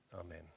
amen